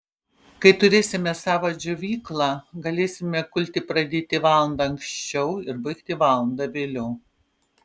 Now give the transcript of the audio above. kai turėsime savą džiovyklą galėsime kulti pradėti valanda anksčiau ir baigti valanda vėliau